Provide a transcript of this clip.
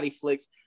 flicks